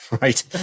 right